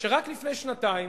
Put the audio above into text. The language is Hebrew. רק לפני שנתיים,